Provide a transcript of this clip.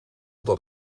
dat